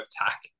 attack